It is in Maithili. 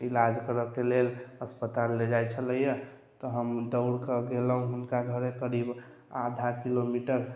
इलाज करऽ के लेल अस्पताल ले जाइ छलैया तऽ हम दौड़ के गेलहुॅं हुनका घरे करीब आधा किलोमीटर